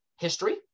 history